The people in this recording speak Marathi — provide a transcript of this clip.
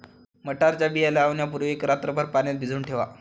मटारच्या बिया लावण्यापूर्वी एक रात्रभर पाण्यात भिजवून ठेवा